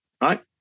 right